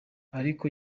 ariko